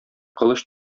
кылыч